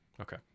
Okay